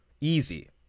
Easy